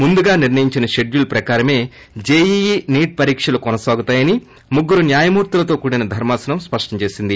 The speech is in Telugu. ముందుగా నిర్ణయించేన షెడ్యూల్ ప్రకారమే జేఈఈ నీట్ పరీక్షలు కొనసాగుతాయని ముగ్గురు న్యాయమూర్తులతో కూడిన ధర్మాసనం స్పష్టం చేసింది